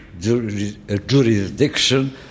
jurisdiction